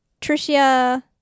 tricia